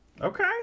Okay